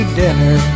dinner